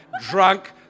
drunk